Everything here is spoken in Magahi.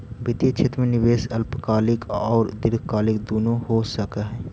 वित्तीय क्षेत्र में निवेश अल्पकालिक औउर दीर्घकालिक दुनो हो सकऽ हई